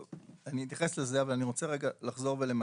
אני אתייחס לזה אבל אני רוצה רגע לחזור ולמקד.